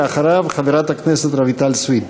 ואחריו, חברת הכנסת רויטל סויד.